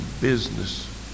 business